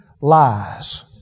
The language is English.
lies